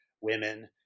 women